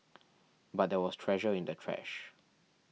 but there was treasure in the trash